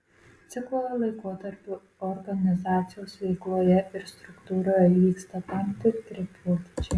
ciklo laikotarpiu organizacijos veikloje ir struktūroje įvyksta tam tikri pokyčiai